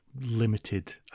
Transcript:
limited